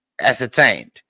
ascertained